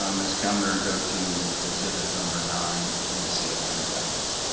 um miss kemner, go to exhibit number nine in the cfm package.